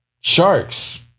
sharks